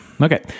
Okay